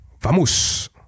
vamos